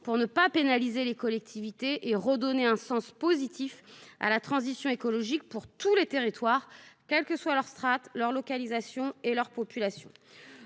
pour ne pas pénaliser les collectivités et redonner un sens positif à la transition écologique pour tous les territoires, quelles que soient leur strate, leur localisation et leur population.